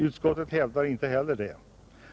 Utskottet hävdar inte heller det.